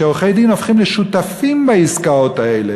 שעורכי-דין הופכים לשותפים בעסקאות האלה.